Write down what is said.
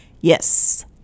Yes